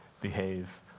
behave